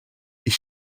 ich